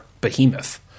behemoth